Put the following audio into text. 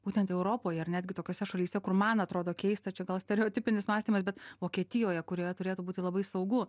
būtent europoj ar netgi tokiose šalyse kur man atrodo keista čia gal stereotipinis mąstymas bet vokietijoje kurioje turėtų būti labai saugu